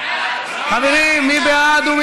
כולם בעד.